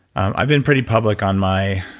i've been pretty public on my.